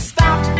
Stop